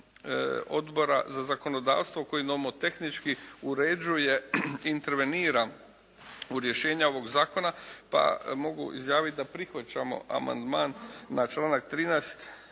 Odbora za zakonodavstvo koji nomotehnički uređuje, intervenira u rješenja ovog zakona. Pa mogu izjaviti da prihvaćamo amandman na članak 13.